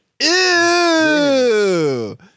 Ew